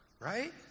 Right